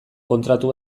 kontratu